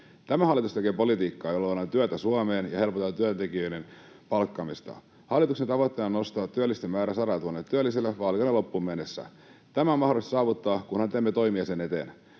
Tämä hallitus tekee politiikkaa, jolla luodaan työtä Suomeen ja helpotetaan työntekijöiden palkkaamista. Hallituksen tavoitteena on nostaa työllisten määrä sadallatuhannella työllisellä vaalikauden loppuun mennessä. Tämä on mahdollista saavuttaa, kunhan teemme toimia sen eteen.